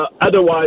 otherwise